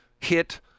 hit